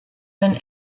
than